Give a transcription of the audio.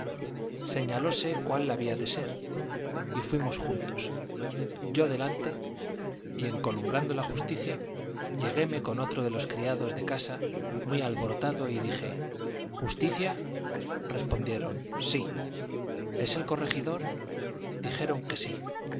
ronda señalóse cuál había de ser y fuimos juntos yo delante y en columbrando la justicia lleguéme con otro de los criados de casa muy alborotado y dije justicia respondieron sí es el corregidor dijeron que sí